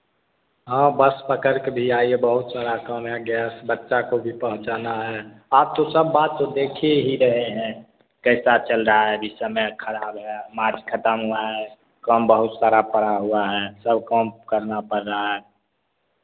हाँ बस पकड़ कर भी आईए बहुत सारा काम है यहाँ गैस बच्चा को भी पहुँचाना है आप तो सब बात तो देख ही रहे हैं कैसा चल रहा है इस समय खराब है मार्च खत्म हुआ है काम बहुत सारा पड़ा हुआ है सब काम करना पड़ रहा है